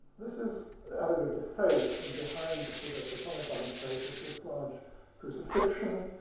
this is allegory of the faith, and behind the figure personifying faith is this large crucifixion,